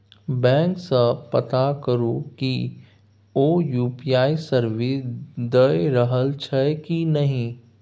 bank सँ पता करु कि ओ यु.पी.आइ सर्विस दए रहल छै कि नहि